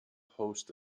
host